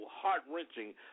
heart-wrenching